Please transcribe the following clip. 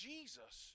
Jesus